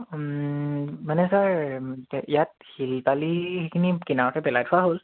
মানে ছাৰ ইয়াত শিল বালি সেইখিনি কিনাৰতে পেলাই থোৱা হ'ল